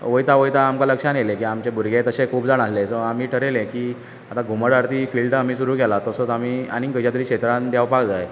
वयतां वयतां आमकां लक्षान येयलें की आमचे भुरगे तशे खूब जाण आसले सो आमी थारयलें की आतां घुमट आरती फिल्ड आमी सुरू केलां तसोच आमी आनींक खंयच्या तरी क्षेत्रांत देंवपाक जाय